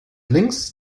links